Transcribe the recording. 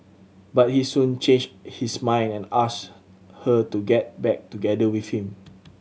but he soon changed his mind and asked her to get back together with him